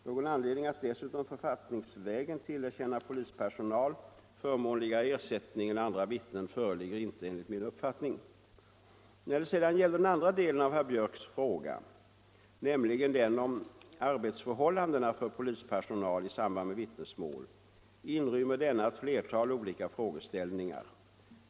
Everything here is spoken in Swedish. Någon anledning att dessutom författningsvägen tillerkänna polispersonal förmånligare ersättning än andra vittnen föreligger inte enligt min mening. När det sedan gäller den andra delen av herr Björks fråga, nämligen den om arbetsförhållandena för polispersonal i samband med vittnesmål, inrymmer denna ett flertal olika frågeställningar.